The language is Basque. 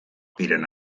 diren